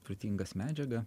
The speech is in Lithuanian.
turtingas medžiaga